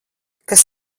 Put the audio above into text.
kas